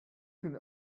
can